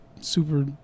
super